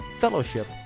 fellowship